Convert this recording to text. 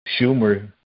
Schumer